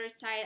side